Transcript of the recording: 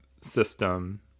system